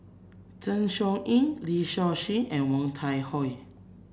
Zeng Shouyin Lee Seow Ser and Woon Tai Ho